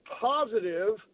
positive